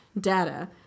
data